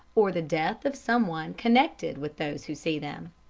or the death of someone connected with those who see them.